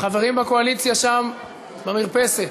החברים בקואליציה במרפסת.